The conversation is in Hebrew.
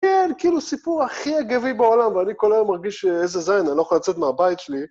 כן, כאילו, סיפור הכי אגבי בעולם, ואני כל היום מרגיש איזה זין, אני לא יכול לצאת מהבית שלי.